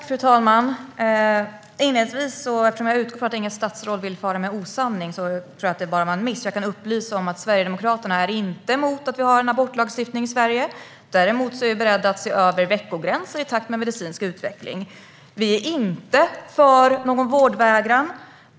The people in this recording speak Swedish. Fru talman! Eftersom jag utgår från att inget statsråd vill fara med osanning - jag tror att det bara var en miss - kan jag inledningsvis upplysa om att Sverigedemokraterna inte är emot att vi har en abortlagstiftning i Sverige. Däremot är vi beredda att se över veckogränser i takt med medicinsk utveckling. Vi är inte för någon vårdvägran.